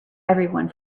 everyone